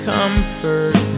Comfort